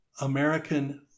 American